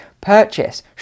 purchase